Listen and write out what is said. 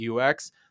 UX